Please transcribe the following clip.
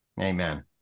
Amen